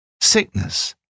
sickness